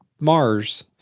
Mars